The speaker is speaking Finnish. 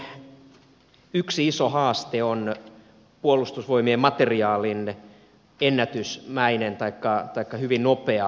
puolustusvoimien yksi iso haaste on puolustusvoimien materiaalin hyvin nopea vanheneminen